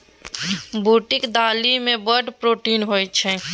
बूटक दालि मे बड़ प्रोटीन होए छै